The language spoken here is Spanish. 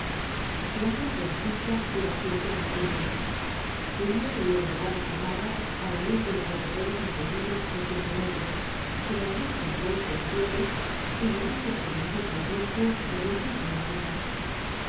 la hora de la cita era siempre las cinco julio veía llegar á su amada á la luz de los reverberos encendidos recientemente con el busto envuelto en pieles y llevándose el manguito al rostro lo mismo que un antifaz